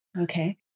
okay